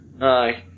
Aye